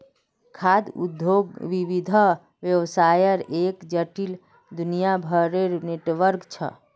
खाद्य उद्योग विविध व्यवसायर एक जटिल, दुनियाभरेर नेटवर्क छ